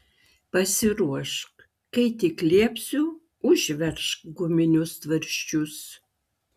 pasiruošk kai tik liepsiu užveržk guminius tvarsčius